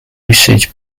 usage